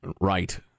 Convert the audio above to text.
Right